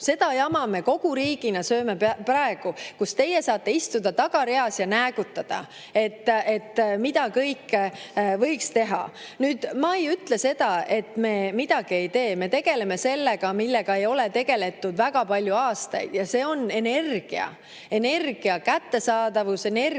Seda jama me kogu riigiga sööme praegu, aga teie saate istuda tagareas ja näägutada, mida kõike võiks teha. Ma ei ütle seda, et me midagi ei tee. Me tegeleme sellega, millega ei ole tegeldud väga palju aastaid. See on energia: energia kättesaadavus, energia